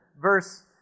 Verse